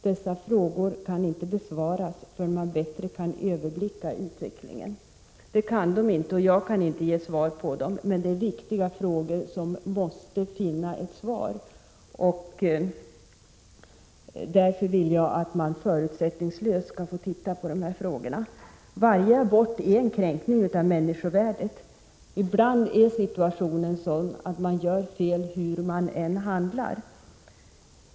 Dessa frågor kan inte besvaras förrän man bättre kan överblicka utvecklingen.” Frågorna kan alltså inte besvaras i rapporten, och jag kan inte heller ge svar på dem. Men det är viktiga frågor, som måste finna ett svar. Därför tycker jag att man förutsättningslöst skall få se på dessa frågor. Varje abort är en kränkning av människovärdet. Ibland är situationen sådan att man gör fel hur man än handlar.